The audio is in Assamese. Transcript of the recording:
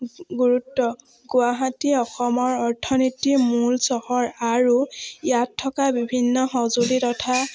গুৰুত্ব গুৱাহাটী অসমৰ অৰ্থনীতি মূল চহৰ আৰু ইয়াত থকা বিভিন্ন সঁজুলি তথা